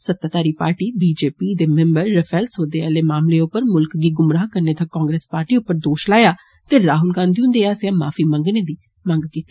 सत्ताधारी पार्टी B J P दे मिम्बरें रफैल सौदे आले मामलें उप्पर मुल्ख गी गुमराह करने दा कांग्रेस पार्टी उप्पर दोश लाया ते राहुल गांधी हुन्दे आस्सेआ माफी मंगने दी मंग कीती